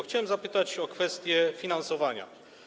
Chciałem zapytać o kwestie finansowania.